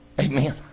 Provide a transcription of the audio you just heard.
Amen